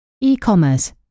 E-commerce –